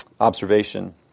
observation